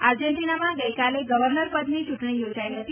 આર્જેન્ટિનામાં ગઈકાલે ગર્વનર પદની ચૂંટણી યોજાઈ હતી